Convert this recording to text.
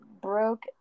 broke